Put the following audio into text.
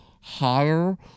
higher